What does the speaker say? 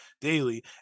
daily